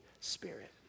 Spirit